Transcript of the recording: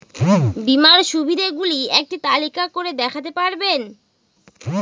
বীমার সুবিধে গুলি একটি তালিকা করে দেখাতে পারবেন?